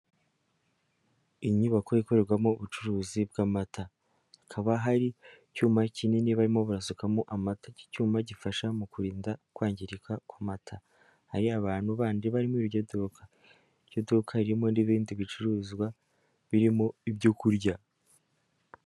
Inyubako ikorerwamo ubucuruzi bw'amata, hakaba hari icyuma kinini barimo barasukamo amata, iki cyuma gifasha mu kurinda kwangirika kw'amata, hari abantu bandi bari muri iryo duka, iryo duka ririmo n'ibindi bicuruzwa birimo ibyo kurya.